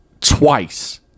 twice